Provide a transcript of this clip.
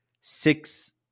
six